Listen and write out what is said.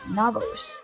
novels